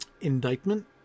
indictment